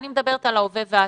אני מדברת על ההווה והעתיד.